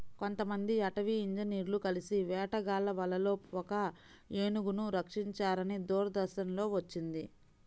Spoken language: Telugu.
కొంతమంది అటవీ ఇంజినీర్లు కలిసి వేటగాళ్ళ వలలో ఒక ఏనుగును రక్షించారని దూరదర్శన్ లో వచ్చింది